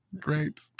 Great